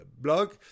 blog